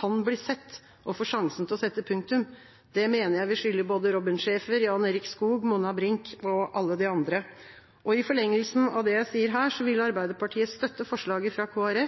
kan bli sett og få sjansen til å sette punktum. Det mener jeg vi skylder både Robin Schaefer, Jan Erik Skog, Monna Brinch og alle de andre. I forlengelsen av det jeg sier her, vil Arbeiderpartiet støtte forslaget fra